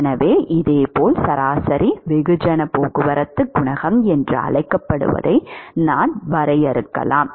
எனவே இதேபோல் சராசரி வெகுஜன போக்குவரத்து குணகம் என்று அழைக்கப்படுவதை நாம் வரையறுக்கலாம்